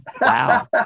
Wow